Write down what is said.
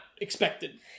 expected